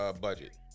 budget